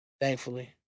thankfully